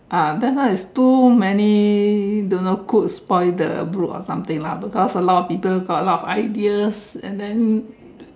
uh that's why it's too many don't know cooks spoil the brew or something lah because a lot of people got a lot of ideas and then